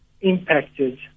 impacted